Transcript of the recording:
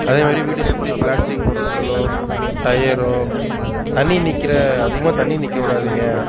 அதே மாதிரி வீட்டை சுற்றி ப்ளாஸ்டிக் பொருட்களோ டயரோ தண்ணி நிற்கிற அதிகமாக தண்ணி நிற்கவுடாதிங்க